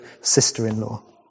sister-in-law